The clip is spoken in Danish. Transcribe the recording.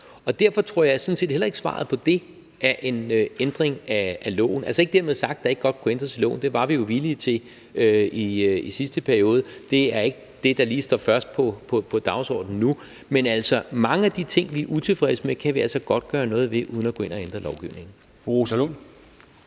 Derfor tror jeg sådan set heller ikke, at svaret på det er en ændring af loven. Altså, dermed ikke være sagt, at der ikke godt kunne ændres i loven – det var vi jo villige til i sidste periode. Det er ikke det, der lige står først på dagsordenen nu. Men mange af de ting, vi er utilfredse med, kan vi altså godt gøre noget ved uden at gå ind og ændre lovgivningen.